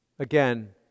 Again